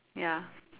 ya